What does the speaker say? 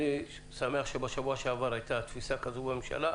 אני שמח שבשבוע שעבר ראינו הבנה שכזו בממשלה.